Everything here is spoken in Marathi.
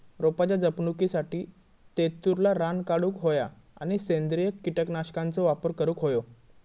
रोपाच्या जपणुकीसाठी तेतुरला रान काढूक होया आणि सेंद्रिय कीटकनाशकांचो वापर करुक होयो